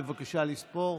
בבקשה לספור.